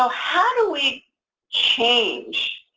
ah how do we change,